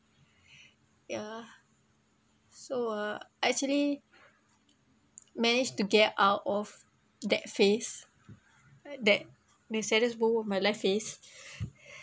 yeah so uh I actually managed to get out of that phase that the saddest moment of my life phase